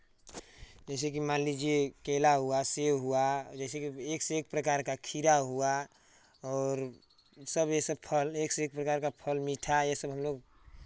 जैसेकि मान लीजिए केला हुआ सेब हुआ जैसेकि एक से एक प्रकार का खीरा हुआ और सब ये सब फल एक से एक प्रकार का फल मीठा ये सब हम लोग